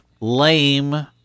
lame